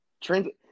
transit